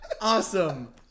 awesome